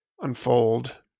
unfold